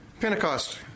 Pentecost